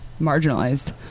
marginalized